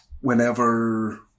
whenever